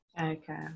Okay